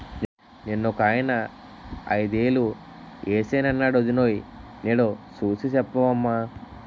నిన్నొకాయన ఐదేలు ఏశానన్నాడు వొడినాయో నేదో సూసి సెప్పవమ్మా